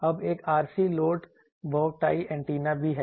अब एक RC load bow tie antenna भी है